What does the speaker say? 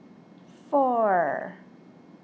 four